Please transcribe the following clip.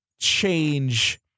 change